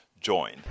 join